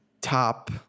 top